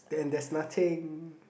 then there's nothing